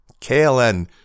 KLN